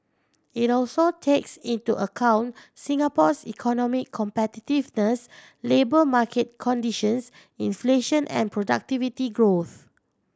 it also takes into account Singapore's economic competitiveness labour market conditions inflation and productivity growth